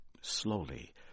slowly